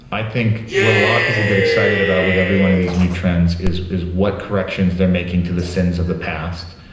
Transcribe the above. i think what a lot of people get excited about with every one of these new trends is is what corrections they're making to the sins of the past.